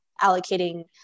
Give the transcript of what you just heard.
allocating